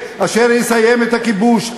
וחבר הכנסת גטאס יסיים את דבריו.